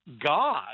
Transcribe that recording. God